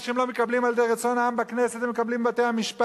מה שהם לא מקבלים על-ידי רצון העם בכנסת הם מקבלים בבתי-המשפט.